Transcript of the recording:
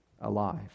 alive